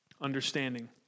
understanding